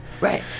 right